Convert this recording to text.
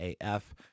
AF